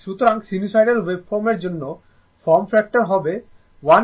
সুতরাং সিনুসোইডাল ওয়েভফর্মের জন্য ফর্ম ফ্যাক্টর হবে 111